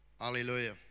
Hallelujah